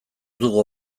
dugu